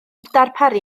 darparu